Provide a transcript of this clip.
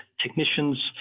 technicians